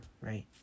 right